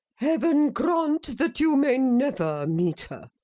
heaven grant that you may never meet her.